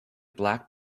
black